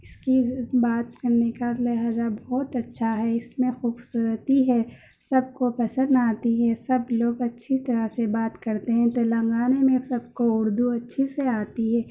اس کی بات کرنے کا لہجہ بہت اچّھا ہے اس میں خوبصورتی ہے سب کو پسند آتی ہے سب لوگ اچّھی طرح سے بات کرتے ہیں تلنگانہ میں سب کو اردو اچّھی سے آتی ہے